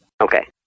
Okay